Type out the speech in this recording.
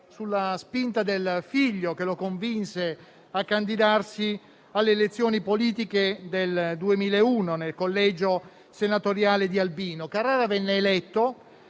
sulla spinta del figlio che lo convinse a candidarsi alle elezioni politiche del 2001, nel collegio senatoriale di Albino. Carrara venne eletto